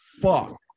fuck